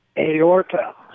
Aorta